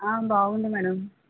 బాగుంది మేడం